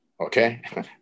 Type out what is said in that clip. okay